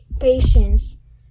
patience